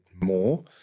more